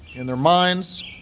in their minds,